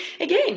Again